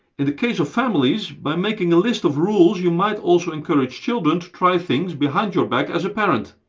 in the case of families, by making a list of rules you might also encourage children to try things behind your back as a parent,